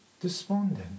despondent